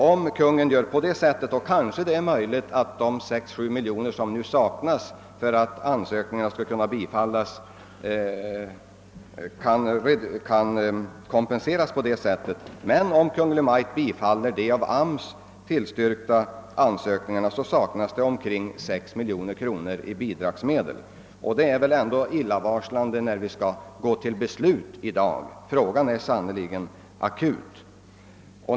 Om så blir fallet, är det kanske möjligt att de 6 å 7 miljoner kronor som nu saknas för att ansökningarna skall kunna bifallas, kan kompenseras på det sättet. Men om Kungl. Maj:t bifaller de av AMS tillstyrkta ansökningarna, saknas omkring 6 miljoner kronor i bidragsmedel. Det är väl ändå illavarslande när vi skall gå till beslut i dag; frågan är sannerligen akut.